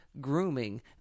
grooming